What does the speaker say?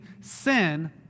sin